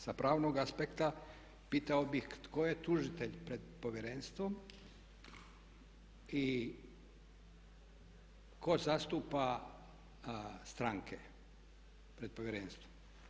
Sa pravnog aspekta pitao bih tko je tužitelj pred Povjerenstvom i tko zastupa stranke pred Povjerenstvom.